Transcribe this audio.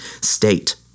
state